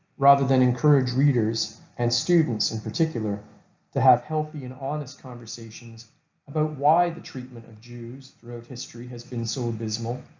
rather than encourage readers and students in particular to have healthy and honest conversations about why the treatment of jews throughout history has been so abysmal,